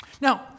Now